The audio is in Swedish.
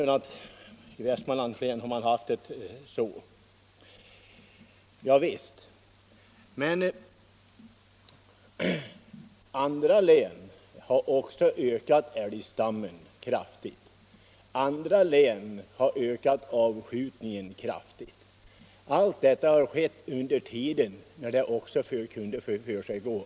Vidare hänvisar herr Enlund till de förhållanden som råder i Västmanlands län. Ja visst, men också i andra län har älgstammen ökat kraftigt samtidigt som man väsentligt ökat avskjutningen. Detta har skett under den tid när allmän jakt var tillåten.